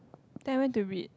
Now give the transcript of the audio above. then I went to read